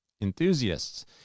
enthusiasts